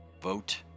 Vote